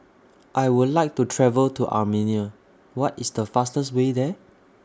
I Would like to travel to Armenia What IS The fastest Way There